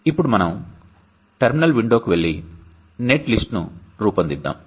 ఇప్పుడు మనం టెర్మినల్ విండోకు వెళ్లి నెట్లిస్ట్ను రూపొందిద్దాం